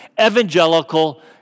evangelical